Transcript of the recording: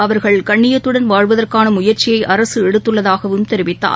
அவர்கள் கண்ணியத்துடன் வாழ்வதற்கானமுயற்சியைஅரசுஎடுத்துள்ளதாகவும் தெரிவித்தார்